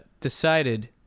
decided